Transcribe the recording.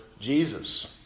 Jesus